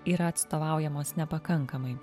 yra atstovaujamos nepakankamai